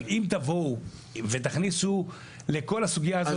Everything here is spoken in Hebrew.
אבל אם תבואו ותכניסו לכל הסוגייה הזאת